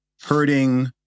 hurting